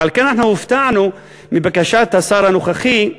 ועל כן אנחנו הופתענו מבקשת השר הנוכחי,